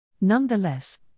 Nonetheless